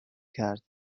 کرد